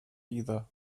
either